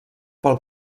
pel